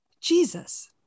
Jesus